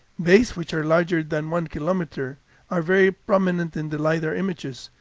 bays which are larger than one kilometer are very prominent in the lidar images,